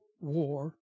War